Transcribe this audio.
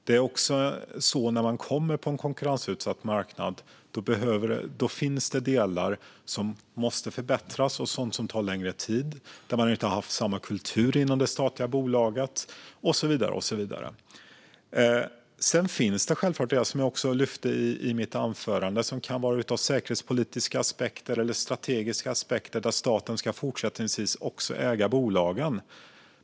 Men när man kommer ut på en konkurrensutsatt marknad finns det delar som måste förbättras och som tar längre tid, delar där man inte haft samma kultur inom det statliga bolaget och så vidare. Sedan finns det självklart, vilket jag också tog upp i mitt anförande, sådant som kan ha säkerhetspolitiska eller strategiska aspekter. Där ska staten även fortsättningsvis äga bolagen.